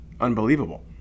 unbelievable